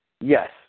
Yes